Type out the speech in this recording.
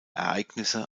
ereignisse